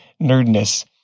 nerdness